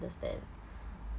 understand